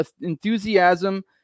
enthusiasm